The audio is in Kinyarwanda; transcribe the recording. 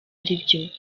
aribyo